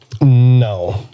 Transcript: no